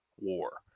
war